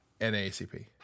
NAACP